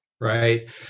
right